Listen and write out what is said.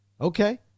Okay